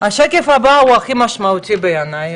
השקף הבא הוא הכי משמעותי בעיניי,